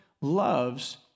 loves